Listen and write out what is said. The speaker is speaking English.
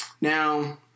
now